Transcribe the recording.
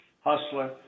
hustler